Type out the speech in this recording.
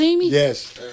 Yes